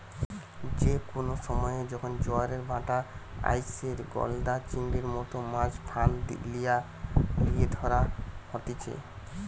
যে কোনো সময়ে যখন জোয়ারের ভাঁটা আইসে, গলদা চিংড়ির মতো মাছ ফাঁদ লিয়ে ধরা হতিছে